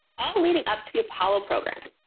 all leading up to the apollo program.